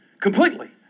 completely